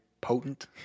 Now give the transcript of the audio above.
potent